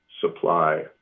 supply